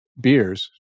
beers